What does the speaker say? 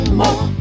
more